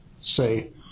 say